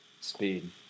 Speed